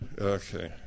Okay